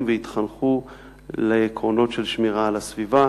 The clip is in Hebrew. והתחנכו לעקרונות של שמירה על הסביבה.